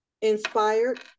inspired